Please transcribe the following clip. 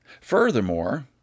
Furthermore